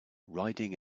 riding